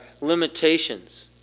limitations